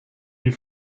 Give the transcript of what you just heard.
die